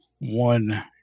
one